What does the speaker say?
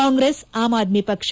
ಕಾಂಗ್ರೆಸ್ ಆಮ್ ಆದ್ದಿ ಪಕ್ಷ